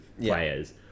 players